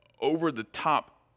over-the-top